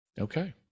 Okay